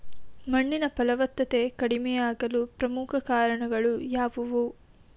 ಮಣ್ಣಿನ ಫಲವತ್ತತೆ ಕಡಿಮೆಯಾಗಲು ಪ್ರಮುಖ ಕಾರಣಗಳು ಯಾವುವು?